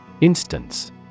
Instance